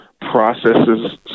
processes